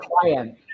client